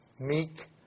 meek